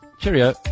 cheerio